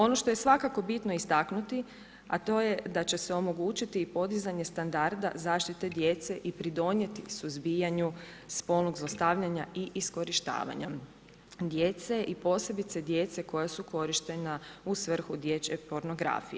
Ono što je svakako bitno istaknuti, a to je da će se omogućiti podizanje standarda zaštite djece i pridonijeti suzbijanju spolnog zlostavljanja i iskorištavanja djece i posebice djece koja su korištena u svrhu dječje pornografije.